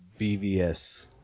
BVS